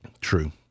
True